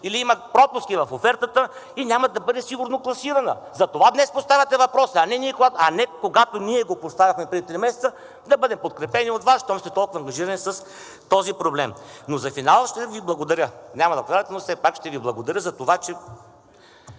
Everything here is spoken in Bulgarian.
или има пропуски в офертата и няма да бъде сигурно класирана, затова днес поставяте въпроса, а не когато ние го поставяхме преди три месеца, да бъдем подкрепени от Вас, щом сте толкова ангажирани с този проблем. Но за финал ще Ви благодаря. Все пак ще Ви благодаря за това, че